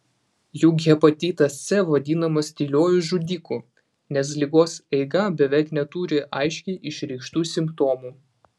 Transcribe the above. juk hepatitas c vadinamas tyliuoju žudiku nes ligos eiga beveik neturi aiškiai išreikštų simptomų